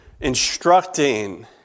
instructing